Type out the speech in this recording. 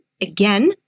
again